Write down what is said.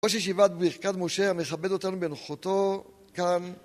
ראש ישיבת ברכת משה מכבד אותנו בנוכחותו, כאן.